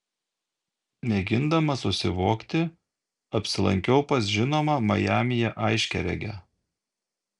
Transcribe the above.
mėgindama susivokti apsilankiau pas žinomą majamyje aiškiaregę